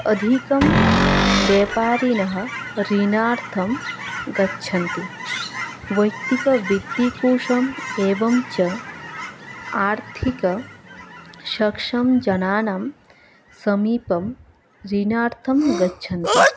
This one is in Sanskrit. अधिकं व्यापारिणः ऋणार्थं गच्छन्ति वयक्तिकवित्तकोषम् एवञ्च आर्थिकसक्षमजनानां समीपम् ऋणार्थं गच्छन्ति